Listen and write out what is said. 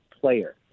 player